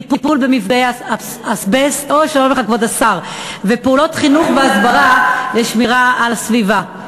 טיפול במפגעי אזבסט ופעולות חינוך והסברה לשמירה על הסביבה.